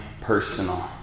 personal